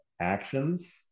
actions